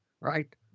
Right